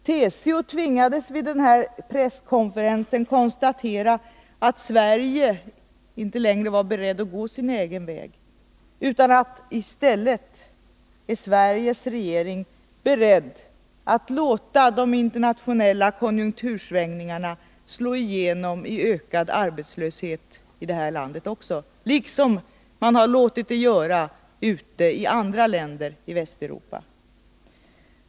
TCO tvingades vid denna presskonferens konstatera att Sverige inte längre var berett att gå sin egen väg. I stället är Sveriges regering beredd att låta de internationella konjunktursvängningarna slå igenom i ökad arbetslöshet i det här landet också, liksom andra länder ute i Västeuropa har låtit det ske.